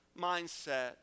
mindset